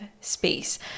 space